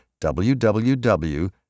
www